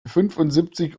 fünfundsiebzig